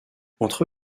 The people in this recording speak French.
entre